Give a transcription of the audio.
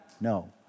No